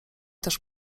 też